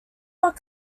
what